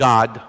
God